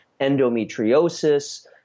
endometriosis